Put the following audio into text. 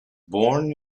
born